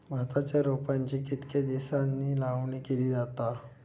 भाताच्या रोपांची कितके दिसांनी लावणी केली जाता?